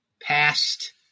past